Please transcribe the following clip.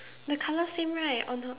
the colour same right or not